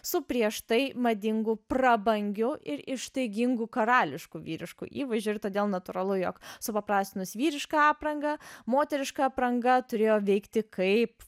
su prieš tai madingu prabangiu ir ištaigingu karališku vyrišku įvaizdžiu ir todėl natūralu jog supaprastinus vyrišką aprangą moteriška apranga turėjo veikti kaip